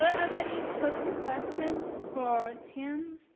have any quick so questions for tian?